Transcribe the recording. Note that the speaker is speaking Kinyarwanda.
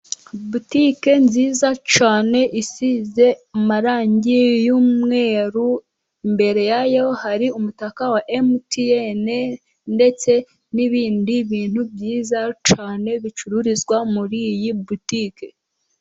Butike nziza cyane isize amarangi y'umweru, imbere ya yo hari umutaka wa Emutiyene, ndetse n'ibindi bintu byiza cyane bicururizwa muriyi butike.